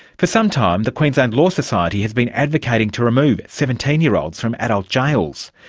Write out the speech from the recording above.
for some time the queensland law society has been advocating to remove seventeen year olds from adult jails.